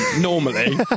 normally